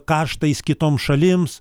kaštais kitoms šalims